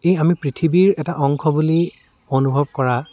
এই আমি পৃথিৱীৰ এটা অংশ বুলি অনুভৱ কৰা